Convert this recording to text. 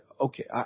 okay